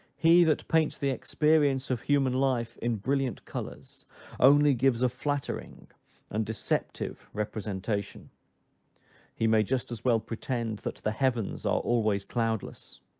he that paints the experience of human life in brilliant colors only gives a flattering and deceptive representation he may just as well pretend that the heavens are always cloudless.